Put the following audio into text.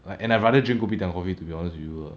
like and I rather drink kopitiam coffee to be honest with you lah